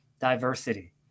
diversity